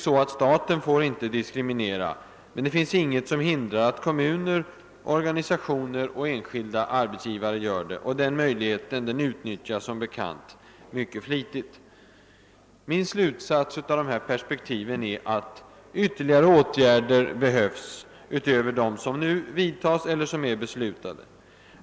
Staten får inte diskriminera, men inget hindrar att kommuner, organisationer och enskilda arbetsgivare gör det, och den möjligheten utnyttjas som bekant mycket flitigt. Fru Frankel har redan gett många exempel på det genom att citera tidningarnas platsannonser. Min slutsats av dessa perspektiv är, att ytterligare åtgärder behövs, utöver dem som redan vidtas eller är beslutade.